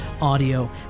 audio